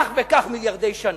כך וכך מיליארדי שנה.